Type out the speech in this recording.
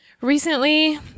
recently